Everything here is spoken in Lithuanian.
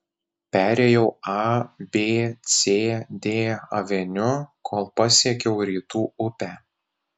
perėjau a b c d aveniu kol pasiekiau rytų upę